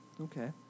Okay